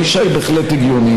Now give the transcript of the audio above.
הגישה היא בהחלט הגיונית.